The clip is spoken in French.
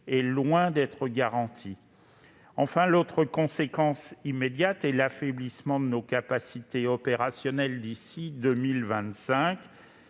est loin d'être garantie. Enfin, l'autre conséquence immédiate est l'affaiblissement de nos capacités opérationnelles d'ici à 2025